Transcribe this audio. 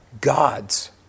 God's